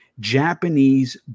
Japanese